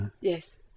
Yes